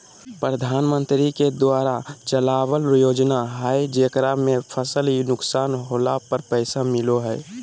प्रधानमंत्री के द्वारा चलावल योजना हइ जेकरा में फसल नुकसान होला पर पैसा मिलो हइ